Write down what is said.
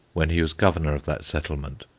when he was governor of that settlement,